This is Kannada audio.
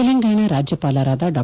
ತೆಲಂಗಾಣ ರಾಜ್ಯಪಾಲರಾದ ಡಾ